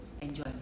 enjoy